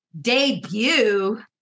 debut